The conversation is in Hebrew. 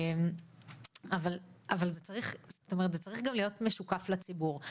אבל זה צריך גם להיות משוקף לציבור.